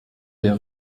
der